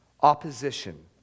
opposition